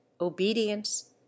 obedience